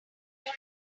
like